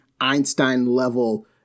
Einstein-level